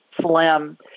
slim